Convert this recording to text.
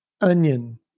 onion